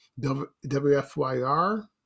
wfyr